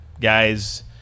guys